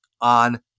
on